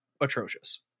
atrocious